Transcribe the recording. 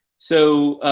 so,